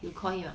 you call him ah